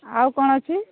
ଆଉ କ'ଣ ଅଛି